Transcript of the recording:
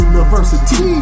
University